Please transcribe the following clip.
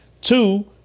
Two